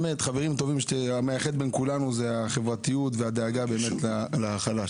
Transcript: באמת חברים טובים שהמאחד בין כולנו זה החברתיות והדאגה באמת לחלש.